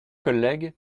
collègues